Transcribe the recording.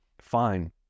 Fine